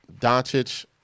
Doncic